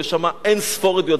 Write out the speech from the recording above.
היו שם אין-ספור עדויות,